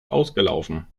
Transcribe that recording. ausgelaufen